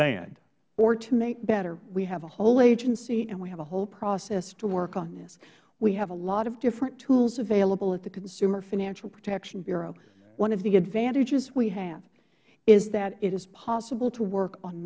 warren or to make better we have a whole agency and we have a whole process to work on this we have a lot of different tools available at the consumer financial protection bureau one of the advantages we have is that it is possible to work on